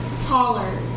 taller